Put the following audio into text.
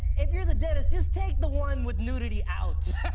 if you're the dentist, just take the one with nudity out.